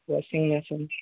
washing machine